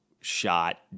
shot